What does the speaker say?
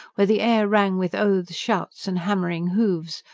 where the air rang with oaths, shouts and hammering hoofs,